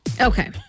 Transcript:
Okay